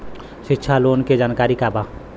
शिक्षा लोन के जानकारी का बा?